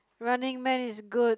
Running Man is good